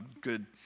good